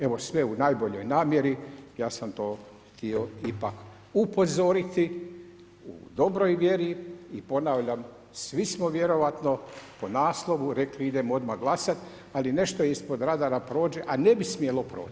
Evo sve u najboljoj namjeri, ja sam to htio ipak upozoriti u dobroj vjeri i ponavljam, svi smo vjerojatno po naslovu rekli idemo odmah glasat, ali nešto ispod radara prođe, a ne bi smjelo proći.